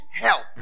help